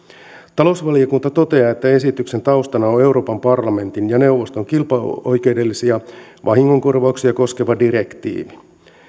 talousvaliokunta toteaa että esityksen taustana on euroopan parlamentin ja neuvoston kilpailuoikeudellisia vahingonkorvauksia koskeva direktiivi